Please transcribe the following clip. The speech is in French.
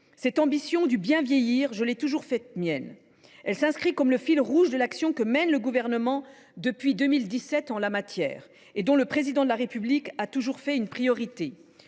Cette ambition du bien vieillir, je l’ai toujours faite mienne. Elle s’inscrit comme le fil rouge de l’action que mène le Gouvernement en la matière depuis 2017 et dont le Président de la République a toujours fait une priorité.